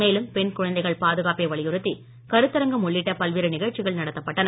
மேலும் பெண் குழந்தைகள் பாதுகாப்பை வலியுறுத்தி கருத்தரங்கம் உள்ளிட்ட பல்வேறு நிகழ்ச்சிகள் நடத்தப்பட்டன